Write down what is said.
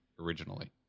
originally